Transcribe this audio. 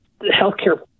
healthcare